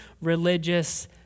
religious